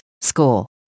school